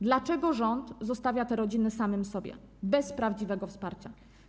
Dlaczego rząd zostawia te rodziny samym sobie, bez prawdziwego wsparcia?